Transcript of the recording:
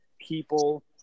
people